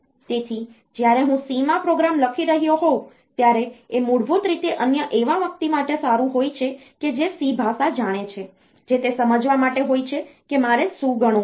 તેથી જ્યારે હું C માં પ્રોગ્રામ લખી રહ્યો હોવ ત્યારે એ મૂળભૂત રીતે અન્ય એવા વ્યક્તિ માટે સારું હોય છે કે જે C ભાષા જાણે છે જે તે સમજવા માટે હોય છે કે મારે શું ગણવું છે